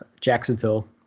jacksonville